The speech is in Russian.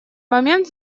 момент